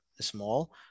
small